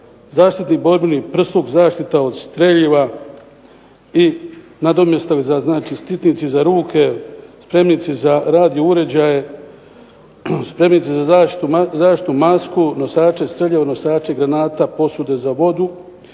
zaštitni borbeni prsluk, zaštita od streljiva i nadomjestak za, znači štitnici za ruke, spremnici za radio uređaje, spremnici za zaštitnu masku, nosače streljiva, nosače granata, posude za vodu.